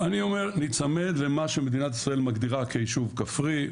אני אומר להיצמד למה שמדינת ישראל מגדירה כיישוב כפרי,